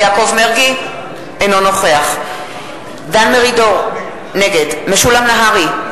אינו נוכח דן מרידור, נגד משולם נהרי,